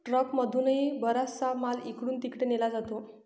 ट्रकमधूनही बराचसा माल इकडून तिकडे नेला जातो